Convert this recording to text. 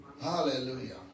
Hallelujah